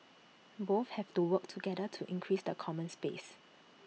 both have to work together to increase the common space